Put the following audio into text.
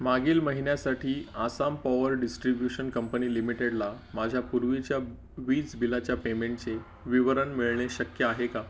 मागील महिन्यासाठी Assam power distribution company लिमिटेडला माझ्या पूर्वीच्या वीज बिलाच्या पेमेंटचे विवरण मिळणे शक्य आहे का